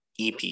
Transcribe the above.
ep